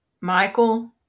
Michael